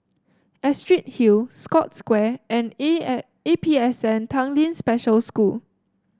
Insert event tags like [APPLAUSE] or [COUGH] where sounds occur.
Astrid Hill Scotts Square and A [UNINTELLIGIBLE] A P S N Tanglin Special School